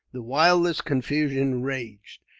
the wildest confusion raged.